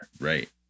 Right